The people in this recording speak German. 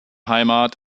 heimat